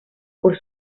por